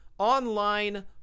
online